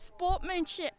sportmanship